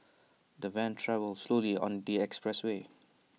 the van travelled slowly on the expressway